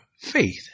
faith